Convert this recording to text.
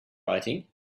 writing